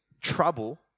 trouble